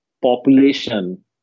population